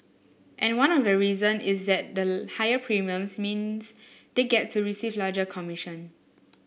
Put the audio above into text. and one of the reason is that the higher premiums means they get to receive a larger commission